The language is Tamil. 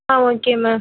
ah okay ma'am